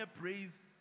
praise